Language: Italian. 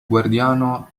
guardiano